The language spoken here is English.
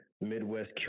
Midwest